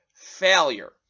Failure